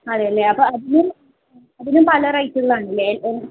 അതെയല്ലേ അപ്പോള് അതിനും പല റേറ്റുകളാണല്ലേ